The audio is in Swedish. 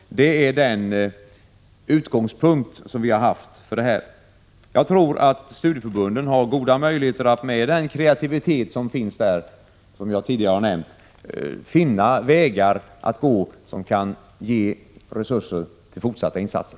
Det är den utgångspunkt vi har haft. Jag tror att studieförbunden har goda möjligheter att med sin kreativitet finna vägar för att få resurser för fortsatta insatser.